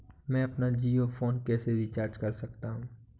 मैं अपना जियो फोन कैसे रिचार्ज कर सकता हूँ?